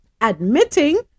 admitting